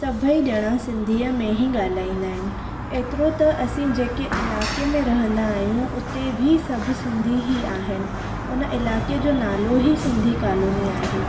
सभई ॼणा सिंधीअ में ई ॻाल्हाईंदा आहिनि एतिरो त असीं जेके इलाइक़े में रहंदा आहियूं उते बि सभु सिंधी ई आहिनि उन इलाइक़े जो नालो ई सिंधी कालोनी आहे